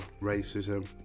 racism